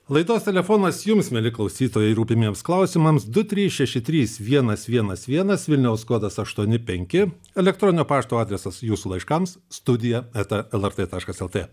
laidos telefonas jums mieli klausytojai rūpimiems klausimams du trys šeši trys vienas vienas vienas vilniaus kodas aštuoni penki elektroninio pašto adresas jūsų laiškams studija eta lrt taškas lt